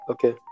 Okay